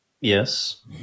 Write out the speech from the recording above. Yes